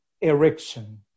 erection